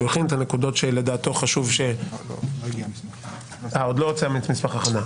הכין על הנקודות שלדעתו חשוב ------ עוד לא הוצא מסמך הכנה.